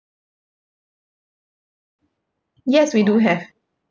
yes we do have